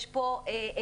יש פה תוצר.